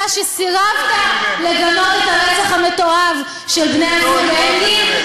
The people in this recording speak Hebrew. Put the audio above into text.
אתה שסירבת לגנות את הרצח המתועב של בני הזוג הנקין,